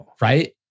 right